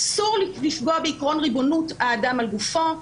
אסור לפגוע בעקרון ריבונות האדם על גופו.